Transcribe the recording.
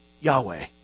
Yahweh